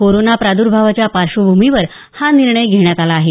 corona प्रादुर्भावाच्या पार्श्वभूमीवर हा निर्णय घेण्यात आला आहे